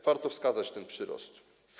Warto wskazać ten przyrost.